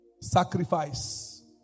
Sacrifice